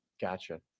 Gotcha